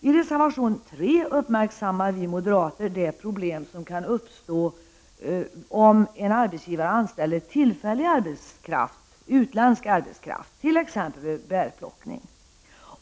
I reservation 3 uppmärksammar vi moderater det problem som kan uppstå vid anställande av tillfällig utländsk arbetskraft, t.ex. vid bärplockning.